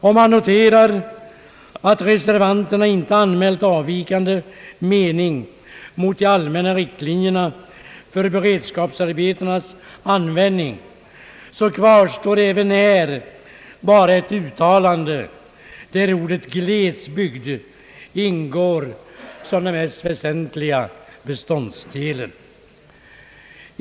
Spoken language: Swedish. Om man noterar att reservanterna inte har anmält avvikande me ning mot de allmänna riktlinjerna för beredskapsarbetenas användning, kvarstår även här bara ett uttalande, där ordet glesbygd ingår såsom den mest väsentliga beståndsdelen.